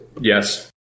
Yes